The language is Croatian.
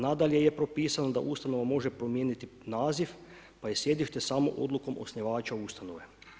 Nadalje je propisano da ustanova može promijeniti naziv, pa je sjedište samo odlukom osnivača ustanove.